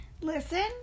Listen